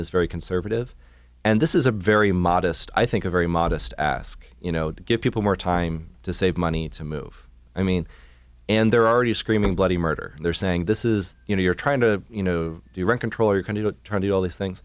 is very conservative and this is a very modest i think a very modest ask you know give people more time to save money to move i mean and they're already screaming bloody murder they're saying this is you know you're trying to you know direct intro you're going to do all these things